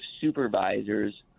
Supervisors